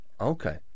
Okay